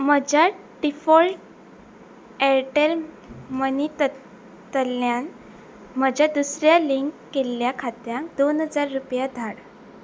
म्हज्या default Airtel money तल्ल्यान म्हज्या दुसऱ्या लिंक केल्ल्या खात्याक दोन हजार रुपया धाड